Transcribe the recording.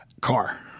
car